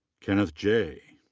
kenneth jay.